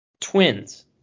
Twins